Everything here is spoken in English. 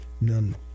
none